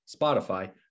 Spotify